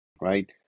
right